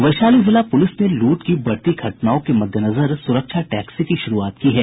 वैशाली जिला प्रलिस ने लूट की बढ़ती घटनाओं के मददेनजर सुरक्षा टैक्सी की शुरूआत की है